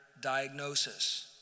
diagnosis